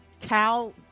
Cal